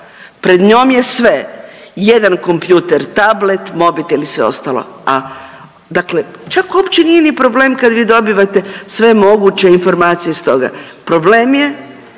pred njom je sve, jedan kompjuter, tablet, mobitel i sve ostalo. A dakle, čak uopće nije ni problem kad vi dobivate sve moguće informacije s toga, problem je